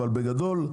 אבל בגדול,